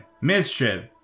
mischief